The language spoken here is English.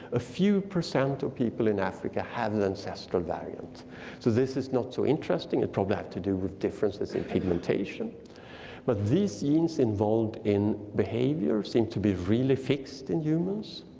a few percent of people in africa have and ancestral variant so this is not so interesting. it ah have to do with differences in pigmentation but these genes involved in behavior seemed to be really fixed in humans.